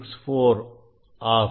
4864 ஆகும்